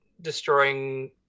destroying